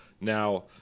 Now